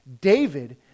David